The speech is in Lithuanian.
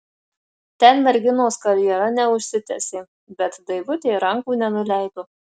ten merginos karjera neužsitęsė bet daivutė rankų nenuleido